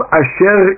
asher